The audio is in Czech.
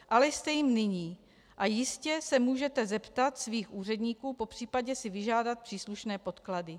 Ale jste jím nyní a jistě se můžete zeptat svých úředníků, popř. si vyžádat příslušné podklady.